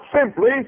simply